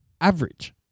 average